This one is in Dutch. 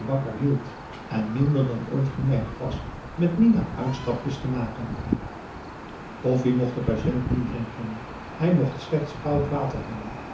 hield en minder dan ooit geneigd was met minah uitstapjes te maken koffie mocht de patiënt niet drinken hij mocht slechts koud water hebben